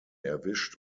erwischt